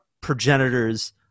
progenitors